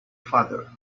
father